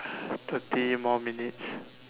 thirty more minutes